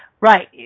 Right